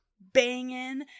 banging